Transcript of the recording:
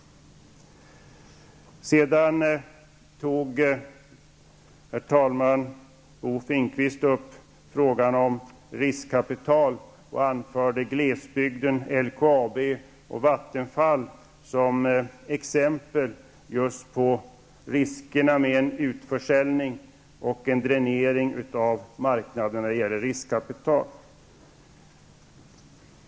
Herr talman! Bo Finnkvist tog också upp frågan om riskkapital. Han anförde glesbygden, LKAB och Vattenfall som exempel just i fråga om riskerna med en utförsäljning och en dränering av marknaderna när det gäller riskkapital.